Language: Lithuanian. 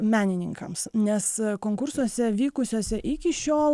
menininkams nes konkursuose vykusiuose iki šiol